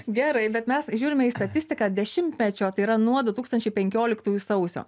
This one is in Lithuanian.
gerai bet mes žiūrime į statistiką dešimtmečio tai yra nuo du tūkstančiai penkioliktųjų sausio